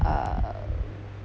uh